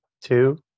two